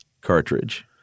cartridge